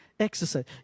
Exercise